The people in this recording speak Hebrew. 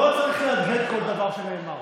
לא צריך להדהד כל דבר שנאמר.